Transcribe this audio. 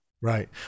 Right